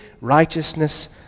righteousness